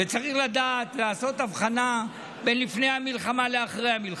וצריך לדעת לעשות הבחנה בין לפני המלחמה לאחרי המלחמה.